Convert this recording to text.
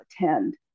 attend